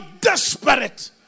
desperate